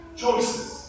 choices